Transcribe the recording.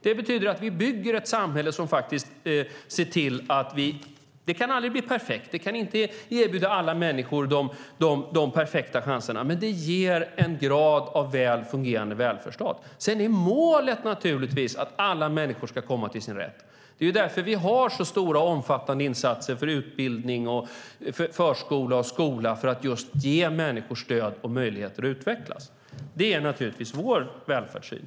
Det betyder att vi bygger ett samhälle som visserligen aldrig kan bli perfekt, vi kan inte erbjuda alla människor de perfekta chanserna, men det ger en grad av väl fungerande välfärdsstat. Sedan är målet naturligtvis att människor ska komma till sin rätt. Det är därför vi gör så stora och omfattande insatser för utbildning, för förskola och skola, just för att ge människor stöd och möjligheter att utvecklas. Det är vår välfärdssyn.